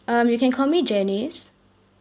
um you can call me janice